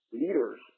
leaders